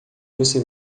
você